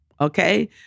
okay